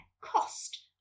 cost